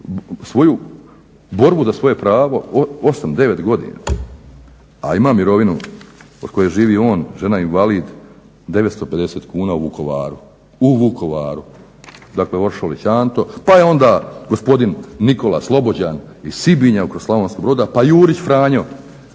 svoju borbu za svoje pravo osam, devet godina, a ima mirovinu od koje živi on, žena je invalid, 950 kuna u Vukovaru. U Vukovaru, dakle Oršolić Anto. Pa je onda gospodin Nikola Slobođan iz Sibinja kod Slavonskog Broda, pa Jurić Franjo